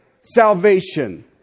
salvation